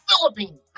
Philippines